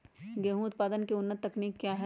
गेंहू उत्पादन की उन्नत तकनीक क्या है?